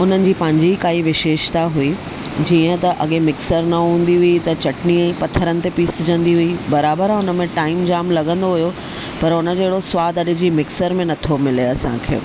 उन्हनि जी पंहिंजी काई विशेषता हुई जीअं त अॻे मिक्सर न हूंदी हुई त चटनी पथरनि ते पीसजंदी हुई बराबरि आहे हुन में टाइम जाम लॻंदो हुओ पर हुन जहिड़ो स्वादु अॼ जी मिक्सर में नथो मिले असांखे